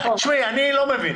תשמעי, אז אני לא מבין